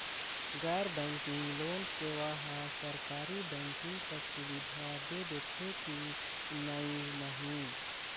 गैर banking loan सेवा हा सरकारी बैंकिंग कस सुविधा दे देथे कि नई नहीं?